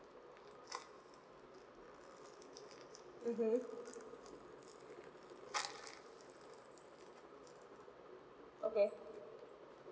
mmhmm okay